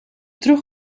terug